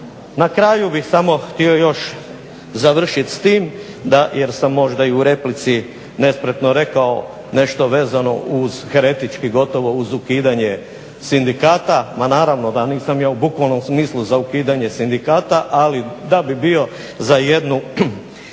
Na kraju bih samo htio još završiti s tim, jer sam možda i u replici nespretno rekao nešto vezano uz heretički gotovo uz ukidanje sindikata. Ma naravno da nisam ja u bukvalnom smislu za ukidanje sindikata, ali da bi bio za jednu